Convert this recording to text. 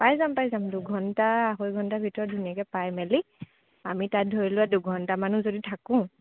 পাই যাম পাই যাম দুঘণ্টা আঢ়ৈ ঘণ্টা ভিতৰত ধুনীয়াকৈ পাই মেলি আমি তাত ধৰি লোৱা দুঘণ্টামানো যদি থাকোঁ